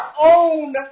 own